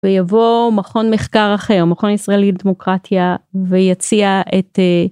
ויבוא מכון מחקר אחר מכון ישראלי דמוקרטיה ויציע את.